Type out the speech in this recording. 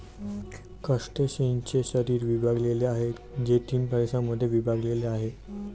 क्रस्टेशियन्सचे शरीर विभागलेले आहे, जे तीन प्रदेशांमध्ये विभागलेले आहे